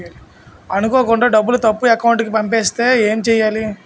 అనుకోకుండా డబ్బులు తప్పు అకౌంట్ కి పంపిస్తే ఏంటి చెయ్యాలి?